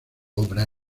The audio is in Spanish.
obra